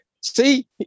See